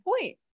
point